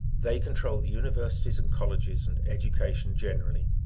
they control the universities and colleges, and education generally.